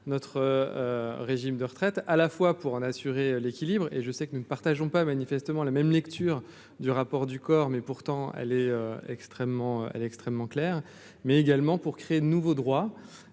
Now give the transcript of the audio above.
notre régime de retraite à la fois pour en assurer l'équilibre et je sais que nous ne partageons pas manifestement la même lecture du rapport du COR, mais pourtant, elle est extrêmement elle extrêmement clair, mais également pour créer de nouveaux droits